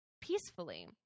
peacefully